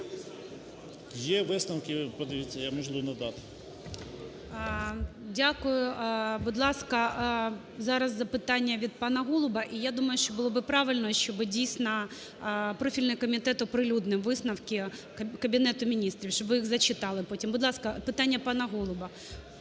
Є висновки, подивіться, я можу вам надати. ГОЛОВУЮЧИЙ. Дякую. Будь ласка, зараз запитання від пана Голуба. І я думаю, що було би правильно, щоб, дійсно, профільний комітет оприлюднив висновки Кабінету Міністрів, щоб ви їх зачитали потім. Будь ласка, питання пана Голуба.